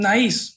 Nice